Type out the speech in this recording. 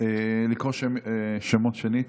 אינה נוכחת לקרוא שמות שנית.